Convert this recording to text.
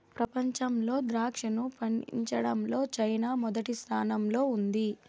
ప్రపంచంలో ద్రాక్షను పండించడంలో చైనా మొదటి స్థానంలో ఉన్నాది